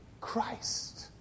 christ